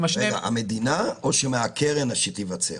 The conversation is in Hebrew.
המדינה, או שמהקרן שתיווצר?